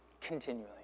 Continually